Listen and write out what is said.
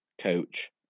coach